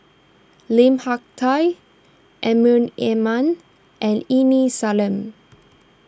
Lim Hak Tai Amrin Amin and Aini Salim